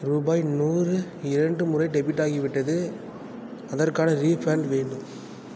ரூபாய் நூறு இரண்டு முறை டெபிட் ஆகிவிட்டது அதற்கான ரீஃபண்ட் வேண்டும்